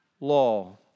law